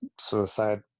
suicide